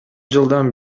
жылдан